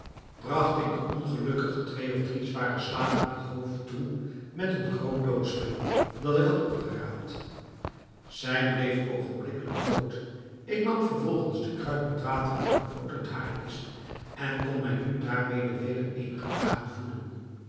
bragt ik de ongelukkige twee of drie zware slagen op het hoofd toe met een groot doodsbeen dat ik had opgeraapt zij bleef ogenblikkelijk dood ik nam vervolgens de kruik met water en het brood uit hare kist en kon mij nu daarmede weder eenige dagen voeden